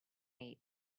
eight